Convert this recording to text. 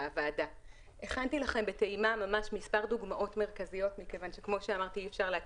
הכנתי לכם בטעימה מספר דוגמאות מרכזיות מכיוון שאי אפשר,